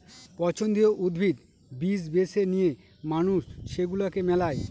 পছন্দীয় উদ্ভিদ, বীজ বেছে নিয়ে মানুষ সেগুলাকে মেলায়